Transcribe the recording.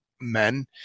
men